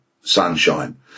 sunshine